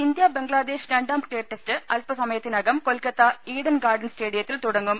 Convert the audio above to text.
India Bangladesh രണ്ടാം cricket test അല്പസമയ ത്തിനകം കൊൽക്കത്ത ഈഡൻഗാർഡൻസ് സ്റ്റേഡിയത്തിൽ തുടങ്ങും